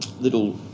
little